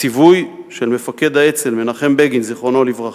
הציווי של מפקד האצ"ל מנחם בגין, זכרו לברכה,